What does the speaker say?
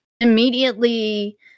immediately